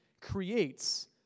creates